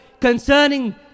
concerning